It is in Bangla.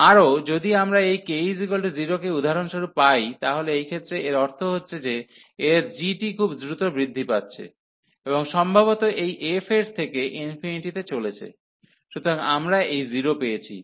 আরও যদি আমরা এই k0 কে উদাহরণস্বরূপ পাই তাহলে এই ক্ষেত্রে এর অর্থ হচ্ছে যে এর g টি খুব দ্রুত বৃদ্ধি পাচ্ছে এবং সম্ভবত এই f এর থেকে তে চলেছে সুতরাং আমরা এই 0 পেয়েছি